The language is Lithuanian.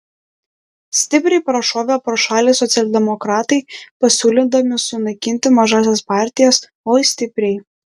stipriai prašovė pro šalį socialdemokratai pasiūlydami sunaikinti mažąsias partijas oi stipriai